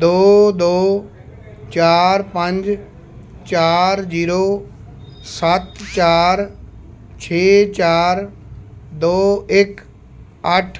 ਦੋ ਦੋ ਚਾਰ ਪੰਜ ਚਾਰ ਜ਼ੀਰੋ ਸੱਤ ਚਾਰ ਛੇ ਚਾਰ ਦੋ ਇੱਕ ਅੱਠ